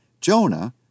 Jonah